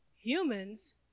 humans